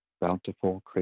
bountiful